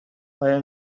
آیا